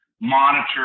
monitor